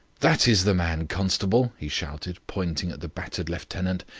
that is the man, constable, he shouted, pointing at the battered lieutenant.